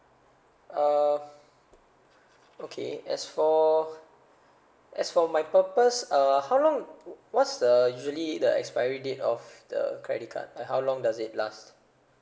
uh okay as for as for my purpose uh how long what's the usually the expiry date of the credit card like how long does it last